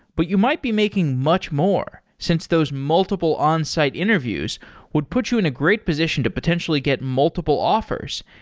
but you might be making much more since those multiple onsite interviews would put you in a great position to potentially get multiple offers,